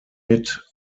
mit